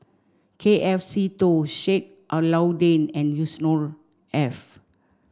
K F Seetoh Sheik Alau'ddin and Yusnor Ef